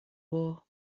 war